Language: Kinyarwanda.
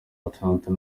batandatu